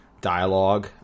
dialogue